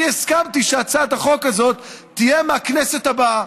אני הסכמתי שהצעת החוק הזאת תהיה מהכנסת הבאה,